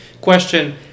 Question